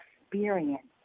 experience